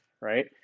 right